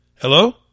Hello